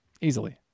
easily